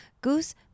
Goose